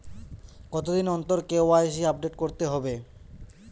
কতদিন অন্তর KYC update করতে হবে?